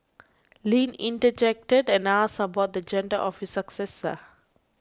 Lin interjected and asked about the gender of his successor